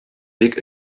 бик